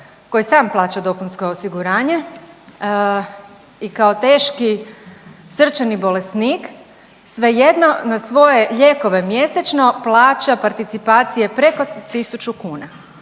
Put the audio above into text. koji sam plaća dopunsko osiguranje i kao teški srčani bolesnik svejedno na svoje lijekove mjesečno plaća participacije preko 1000 kuna.